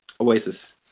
Oasis